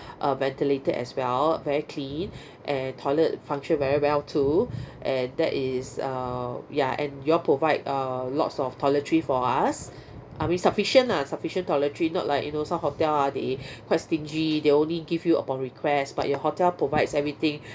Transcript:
uh ventilated as well very clean and toilet function very well too and that is uh ya and you all provide uh lots of toiletry for us I mean sufficient ah sufficient toiletry not like you know some hotel ah they quite stingy they only give you upon request but your hotel provides everything